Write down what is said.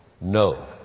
no